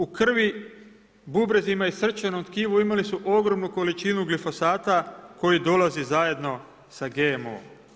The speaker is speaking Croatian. U krvi, bubrezima i srčanom tkivu imali su ogromnu količinu glifosata, koji dolazi zajedno sa GMO.